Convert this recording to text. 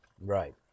Right